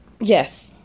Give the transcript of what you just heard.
yes